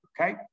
okay